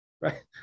right